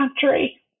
country